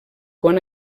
quan